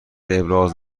ابراز